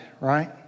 right